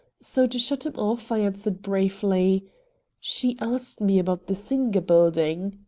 so, to shut him off, i answered briefly she asked me about the singer building.